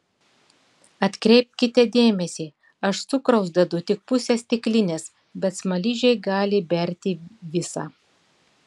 atkreipkite dėmesį aš cukraus dedu tik pusę stiklinės bet smaližiai gali berti visą